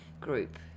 group